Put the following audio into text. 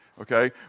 okay